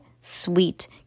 Sweet